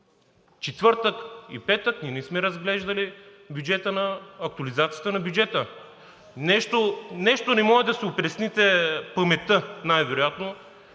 четвъртък и петък ние сме разглеждали актуализацията на бюджета. Нещо не може да си опресните паметта най-вероятно.